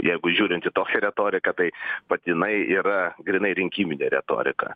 jeigu žiūrint į tokią retoriką tai vat jinai yra grynai rinkiminė retorika